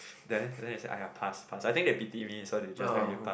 then they say !aiya! pass pass I think they pity me so they just let me pass